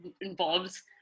involves